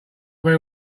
very